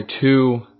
two